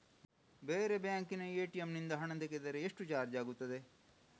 ಬೇರೆ ಬ್ಯಾಂಕಿನ ಎ.ಟಿ.ಎಂ ನಿಂದ ಹಣ ತೆಗೆದರೆ ಎಷ್ಟು ಚಾರ್ಜ್ ಆಗುತ್ತದೆ?